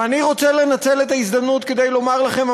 ואני רוצה לנצל את ההזדמנות כדי לומר לכם,